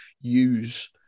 use